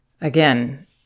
again